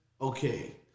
Okay